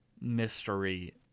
mystery